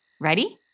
Ready